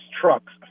Trucks